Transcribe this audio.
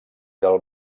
del